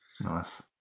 nice